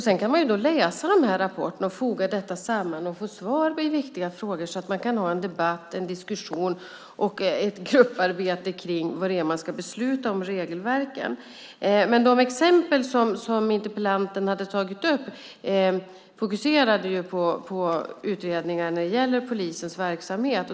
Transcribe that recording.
Sedan kan man läsa rapporterna, foga det samman och få svar på viktiga frågor så att man kan ha en debatt, en diskussion och grupparbete om vad det är man ska besluta om regelverken. De exempel som interpellanten tog upp fokuserade på utredningar av polisens verksamhet.